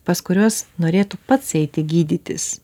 pas kuriuos norėtų pats eiti gydytis